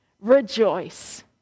rejoice